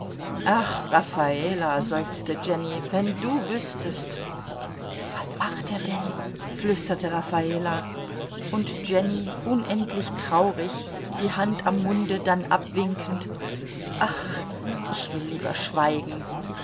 ach raffala seufzte jenny wenn du wüßtest was macht er denn flüsterte raffala und jenny unendlich traurig die hand am munde dann abwinkend ach ich will lieber schweigen